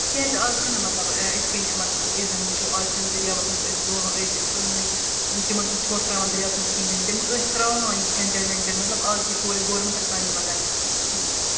تِکیٛازِ اَز چھُنہٕ مطلب یِتھٕ کٔنۍ مطلب أسۍ زَن وُچھو اَز چھنِہٕ دٔرۍیاوس منٛز ٲسۍ برٛونٛہہ ٲسۍ پرٛٲنۍ تِم ٲسۍ نہٕ ژھۅٹھ ترٛاوان دٔرۍیاوس کِہیٖنٛۍ تہِ تِم ٲسۍ ترٛاوان یہِ کھیٚن چیٚن ویٚن چیٚن مطلب اَز چھُ یہِ سورُے گورمینٹَس تانی مَگر